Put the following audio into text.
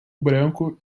branco